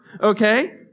okay